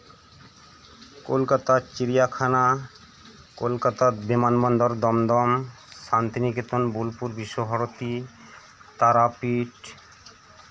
ᱠᱳᱞᱠᱟᱛᱟ ᱪᱤᱲᱤᱭᱟᱠᱷᱟᱱᱟ ᱠᱳᱞᱠᱟᱛᱟ ᱵᱤᱢᱟᱱ ᱵᱚᱱᱫᱚᱨ ᱫᱚᱢ ᱫᱚᱢ ᱥᱟᱱᱛᱤᱱᱤᱠᱮᱛᱚᱱ ᱵᱳᱞᱯᱩᱨ ᱵᱤᱥᱥᱚ ᱵᱷᱟᱨᱚᱛᱤ ᱛᱟᱨᱟᱯᱤᱴᱷ